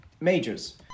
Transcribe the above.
Majors